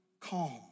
calm